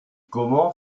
comment